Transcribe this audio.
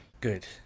good